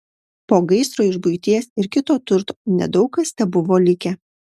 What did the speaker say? po gaisro iš buities ir kito turto nedaug kas tebuvo likę